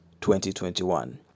2021